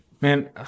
Man